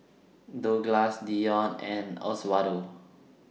Douglass Dionne and Oswaldo